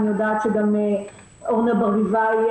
אורנה ברביבאי,